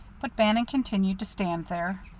but bannon continued to stand there,